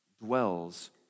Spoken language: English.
dwells